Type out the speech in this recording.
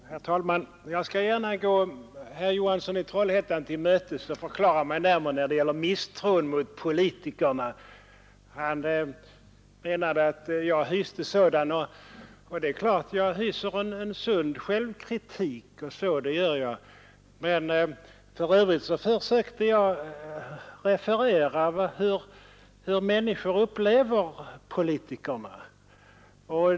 Herr talman! Jag skall gärna gå herr Johansson i Trollhättan till mötes och förklara mig närmare när det gäller misstron mot politikerna. Han menade att jag hyste sådan, och det är klart att jag hyser en sådan självkritik, men för övrigt försökte jag referera hur människor upplever politikerna.